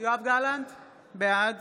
בעד